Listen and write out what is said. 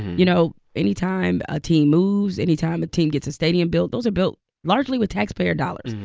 you know, anytime a team moves, anytime a team gets a stadium built those are built largely with taxpayer dollars.